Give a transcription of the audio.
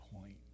point